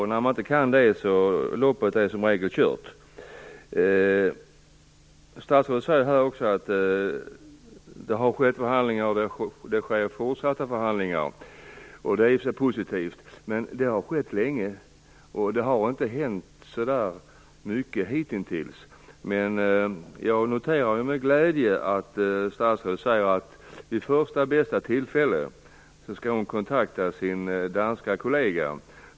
När man inte kan göra det är loppet som regel kört. Statsrådet säger också att det har pågått förhandlingar och att det pågår fortsatta förhandlingar. Det är i och för sig positivt, men det har pågått länge och det har inte hänt särskilt mycket hittills. Jag noterar dock med glädje att statsrådet säger att hon vid första bästa tillfälle skall kontakta sin danska kollega.